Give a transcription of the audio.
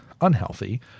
unhealthy